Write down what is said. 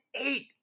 eight